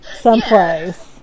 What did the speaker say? Someplace